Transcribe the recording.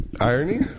Irony